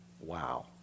Wow